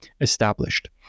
established